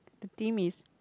the theme is